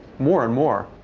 more and more,